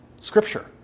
Scripture